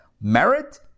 Merit